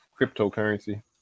cryptocurrency